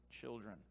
children